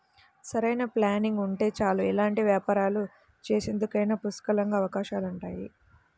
సరైన ప్లానింగ్ ఉంటే చాలు ఎలాంటి వ్యాపారాలు చేసేందుకైనా పుష్కలంగా అవకాశాలుంటాయి